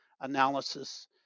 analysis